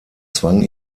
zwang